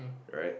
right